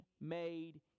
made